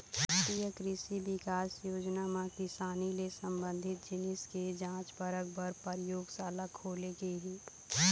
रास्टीय कृसि बिकास योजना म किसानी ले संबंधित जिनिस के जांच परख पर परयोगसाला खोले गे हे